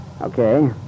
Okay